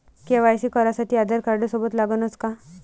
KYC करासाठी आधारकार्ड सोबत लागनच का?